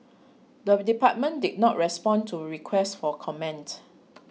the department did not respond to requests for comment